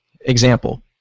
Example